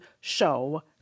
show